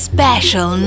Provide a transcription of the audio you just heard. Special